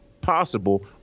possible